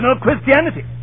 Christianity